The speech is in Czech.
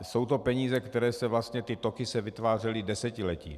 Jsou to peníze, které se vlastně, ty toky se vytvářely desetiletí.